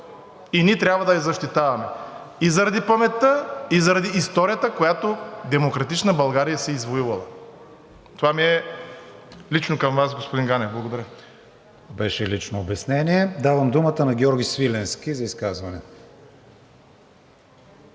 и ние трябва да я защитаваме и заради паметта, и заради историята, която демократична България си е извоювала. Това е лично към Вас, господин Ганев. Благодаря. ПРЕДСЕДАТЕЛ КРИСТИАН ВИГЕНИН: Беше лично обяснение. Давам думата на Георги Свиленски за изказване.